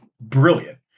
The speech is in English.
brilliant